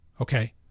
Okay